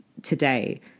today